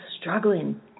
struggling